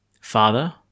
Father